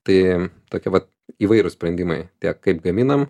tai tokie vat įvairūs sprendimai tiek kaip gaminam